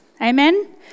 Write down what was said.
Amen